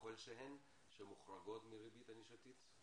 כלשהו שמוחרגות מריבית ענישתית?